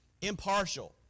impartial